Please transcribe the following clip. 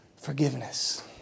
Forgiveness